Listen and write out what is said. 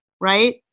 right